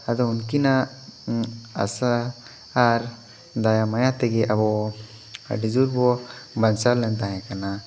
ᱟᱫᱚ ᱩᱱᱠᱤᱱᱟᱜ ᱟᱥᱟ ᱟᱨ ᱫᱟᱭᱟᱢᱟᱭᱟ ᱛᱮᱜᱮ ᱟᱵᱚ ᱟᱹᱰᱤ ᱡᱳᱨ ᱵᱚ ᱵᱟᱧᱪᱟᱣ ᱞᱮᱱ ᱛᱟᱦᱮᱸ ᱠᱟᱱᱟ